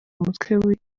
umutwe